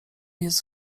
jest